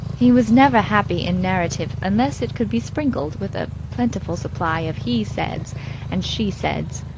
he was never happy in narrative unless it could be sprinkled with a plentiful supply of he said's and she said's.